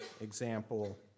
example